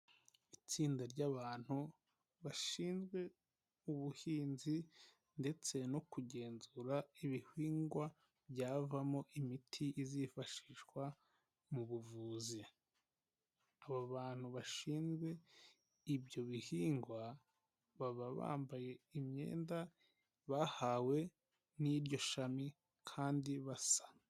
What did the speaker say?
Itsinda ry'abantu bashinzwe ubuhinzi ndetse no kugenzura ibihingwa byavamo imiti izifashishwa mu buvuzi. Aba bantu bashinzwe ibyo bihingwa baba bambaye imyenda bahawe n'iryo shami kandi basa.